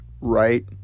right